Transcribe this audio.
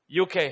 UK